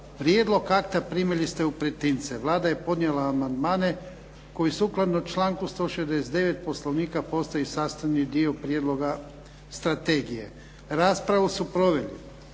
Prijedlog akta primili ste u pretince. Vlada je podnijela amandmane koji sukladno članku 169. Poslovnika postaju sastavni dio Prijedloga strategije. Raspravu su proveli